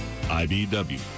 IBW